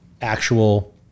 actual